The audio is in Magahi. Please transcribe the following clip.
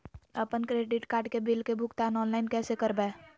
अपन क्रेडिट कार्ड के बिल के भुगतान ऑनलाइन कैसे करबैय?